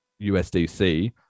usdc